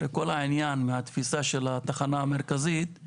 הרי כל העניין והתפישה של התחנה המרכזית,